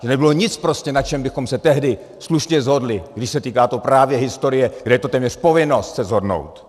Že nebylo nic prostě, na čem bychom se tehdy slušně shodli, když se týká to právě historie, kde je to téměř povinnost se shodnout.